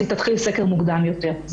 אז היא תתחיל סקר מוקדם יותר.